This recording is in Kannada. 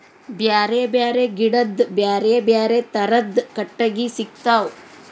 ಬ್ಯಾರೆ ಬ್ಯಾರೆ ಗಿಡದ್ ಬ್ಯಾರೆ ಬ್ಯಾರೆ ಥರದ್ ಕಟ್ಟಗಿ ಸಿಗ್ತವ್